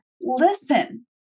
listen